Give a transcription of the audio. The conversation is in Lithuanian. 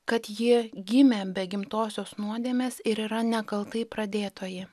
kad ji gimė be gimtosios nuodėmės ir yra nekaltai pradėtoji